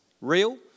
real